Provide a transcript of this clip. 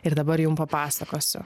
ir dabar jum papasakosiu